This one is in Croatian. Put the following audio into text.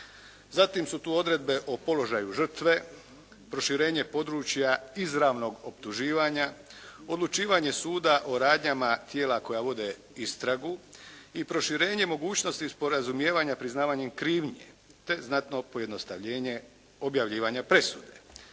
Zatim su tu odredbe o položaju žrtve, proširenje područja izravnog optuživanja, odlučivanje suda o radnjama tijela koja vode istragu i proširenje mogućnosti sporazumijevanja priznavanjem krivnje te znatno pojednostavljenje objavljivanja presude.